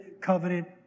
Covenant